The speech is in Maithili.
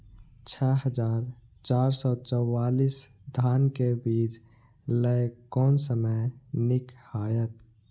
छः हजार चार सौ चव्वालीस धान के बीज लय कोन समय निक हायत?